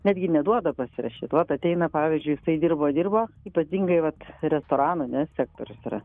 netgi neduoda pasirašyti vot ateina pavyzdžiui jisai dirbo dirbo ypatingai vat restoranų ar ne sektorius yra